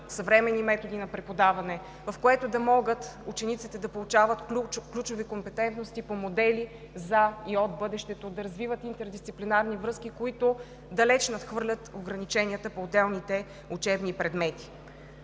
съвременни методи на преподаване, където учениците да могат да получават ключови компетентности по модели за и от бъдещето, да развиват интердисциплинарни връзки, които далеч надхвърлят ограниченията по отделните учебни предмети.